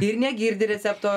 ir negirdi recepto